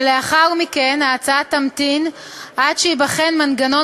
ולאחר מכן ההצעה תמתין עד שייבחן מנגנון